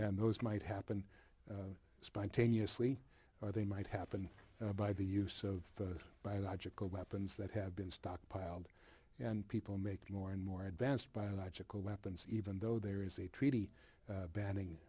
and those might happen spontaneously or they might happen by the use of biological weapons that have been stockpiled and people make more and more advanced biological weapons even though there is a treaty banning